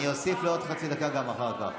אני אוסיף לו עוד חצי דקה גם אחר כך.